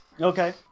Okay